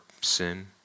sin